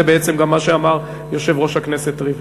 זה בעצם גם מה שאמר יושב-ראש הכנסת ריבלין.